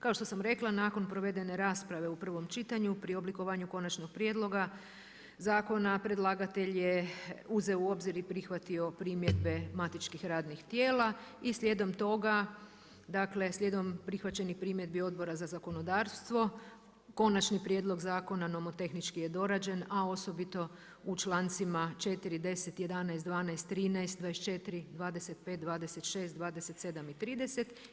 Kao što sam rekla, nakon provedene rasprave u prvom čitanju pri oblikovanju konačnog prijedloga zakona predlagatelj je uzeo u obzir i prihvatio primjedbe matičnih radnih tijela i slijedom toga, dakle slijedom prihvaćenih primjedbi Odbora za zakonodavstvo, konačni prijedlog zakona nomotehnički je dorađen a osobito u člancima 4., 10, 11., 12., 13., 24., 25., 26., 27. i 30.